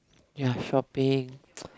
ya shopping